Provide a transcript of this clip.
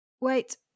Wait